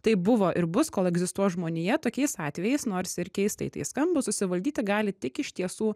tai buvo ir bus kol egzistuos žmonija tokiais atvejais nors ir keistai tai skamba susivaldyti gali tik iš tiesų